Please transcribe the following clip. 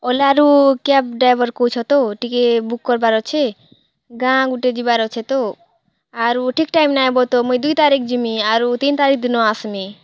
ଓଲାରୁ cab driver କହୁଛ ତ ଟିକେ ବୁକ୍ କରବାର୍ ଅଛେ ଗାଁ ଗୁଟେ ଯିବାର୍ ଅଛେ ତ ଆରୁ ଠିକ୍ ଟାଇମ୍ନେ ଆଏବ ତ ମୁଁ ଦୁଇ ତାରିଖ୍ ଯିମି ଆରୁ ତିନ୍ ତାରିଖ୍ ଦିନ ଆସ୍ମି